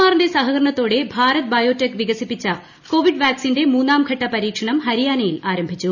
ആറിന്റെ സഹകരണത്തോടെ ഭാരത് ബയോടെക് വികസിപ്പിച്ച കോവിഡ് വാക്സിന്റെ മൂന്നാം ഘട്ട പരീക്ഷണം ഹരിയാനയിൽ ആരംഭിച്ചു